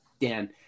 Dan